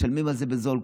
משלמים על זה בזול,